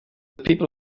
people